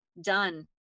done